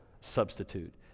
substitute